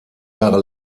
jahre